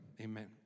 amen